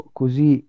così